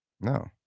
No